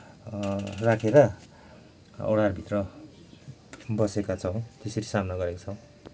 राखेर ओडारभित्र बसेका छौँ त्यसरी सामना गरेका छौँ